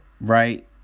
right